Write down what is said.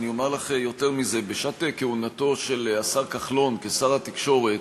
אומר לך יותר מזה: בשעת כהונתו של השר כחלון כשר התקשורת